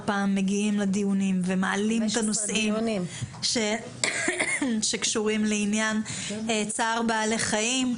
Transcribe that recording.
פעם מגיעים לדיונים ומעלים את הנושאים שקשורים לעניין צער בעלי חיים,